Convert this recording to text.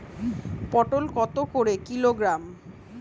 পটল কত করে কিলোগ্রাম?